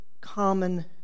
common